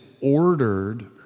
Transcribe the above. ordered